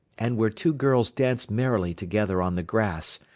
and where two girls danced merrily together on the grass,